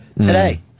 today